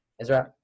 Israel